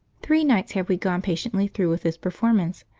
three nights have we gone patiently through with this performance,